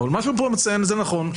אבל מה שהוא מציין פה הוא נכון.